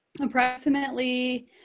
approximately